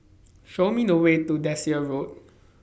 Show Me The Way to Desker Road